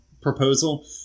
proposal